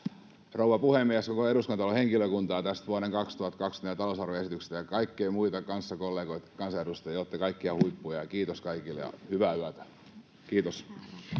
rouva puhemies, ja koko Eduskuntatalon henkilökuntaa tästä vuoden 2024 talousarvioesityksestä ja kaikkia muita kanssakollegoita, kansanedustajia. Te olette kaikki ihan huippuja, ja kiitos kaikille ja hyvää yötä. — Kiitos.